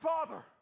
Father